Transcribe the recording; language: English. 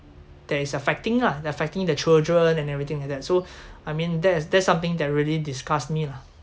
that is affecting lah affecting the children and everything like that so I mean that's that's something that really disgusts me lah